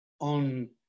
on